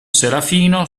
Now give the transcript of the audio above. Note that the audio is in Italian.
serafino